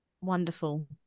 Wonderful